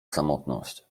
samotność